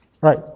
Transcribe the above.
Right